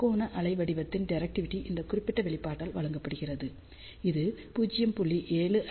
முக்கோண அலைவடிவத்தின் டிரெக்டிவிடி இந்த குறிப்பிட்ட வெளிப்பாட்டால் வழங்கப்படுகிறது இது 0